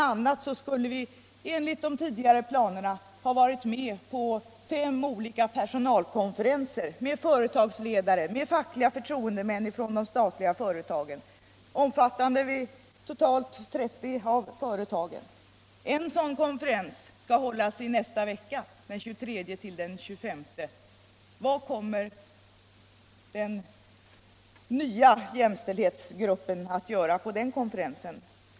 a. skulle vi enligt de tidigare planerna ha varit med på fem olika personalkonferenser med företagsledare och fackliga förtroendemän från de statliga företagen, omfattande totalt 30 av företagen. En sådan konferens skall hållas i nästa vecka, den 23-25 november. Vad kommer den nya jämställdhetsgruppen att göra på den konferensen?